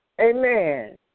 Amen